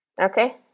Okay